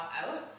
out